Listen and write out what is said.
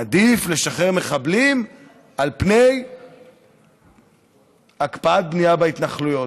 עדיף לשחרר מחבלים על פני הקפאת בנייה בהתנחלויות.